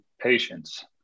patience